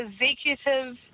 executive